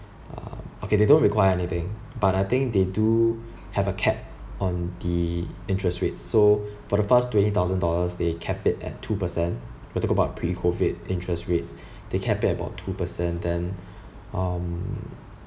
um okay they don't require anything but I think they do have a cap on the interest rate so for the first twenty thousand dollars they cap it at two percent talk about pre COVID interest rate they cap it at about two percent then um